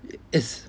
it's